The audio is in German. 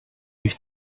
ich